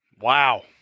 Wow